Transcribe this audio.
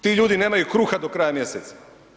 Ti ljudi nemaju kruha do kraja mjeseca.